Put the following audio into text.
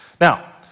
Now